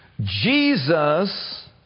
Jesus